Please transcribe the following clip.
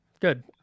Good